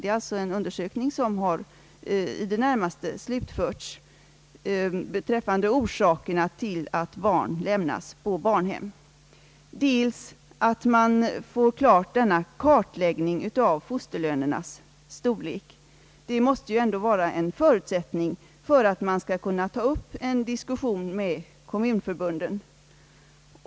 Det är alltså en undersökning, som i det närmaste slutförts, beträffande orsakerna till att barn lämnas på barnhem. Det är också viktigt att det sker en kartläggning av fosterlönernas storlek. Det måste ju ändå vara en förutsättning för att man skall kunna ta upp en diskussion med kommunförbunden.